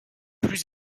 plus